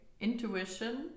intuition